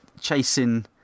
chasing